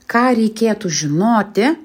ką reikėtų žinoti